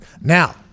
Now